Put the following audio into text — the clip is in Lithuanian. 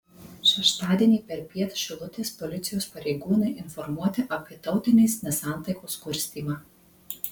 šeštadienį perpiet šilutės policijos pareigūnai informuoti apie tautinės nesantaikos kurstymą